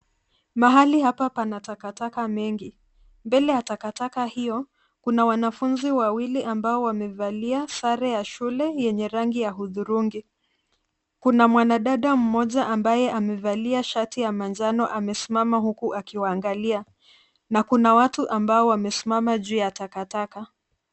Mahali hapa pana takataka mengi. Mbele ya takataka hiyo kuna wanafunzi wawili ambao wamevalia sare ya shule yenye rangi ya hudhurungi. Kuna mwanadada mmoja ambaye amevalia shati ya manjano amesimama huku akiwaangalia na kuna watu ambao wamesimama juu ya takataka.